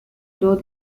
though